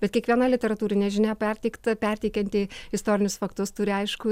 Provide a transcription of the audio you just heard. bet kiekviena literatūrinė žinia perteikta perteikianti istorinius faktus turi aišku